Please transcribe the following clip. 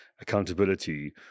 accountability